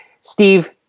Steve